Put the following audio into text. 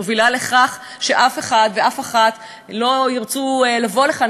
מובילה לכך שאף אחד ואף אחת לא ירצו לבוא לכאן,